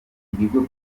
ibigo